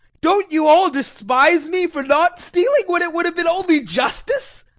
don't you all despise me for not stealing, when it would have been only justice?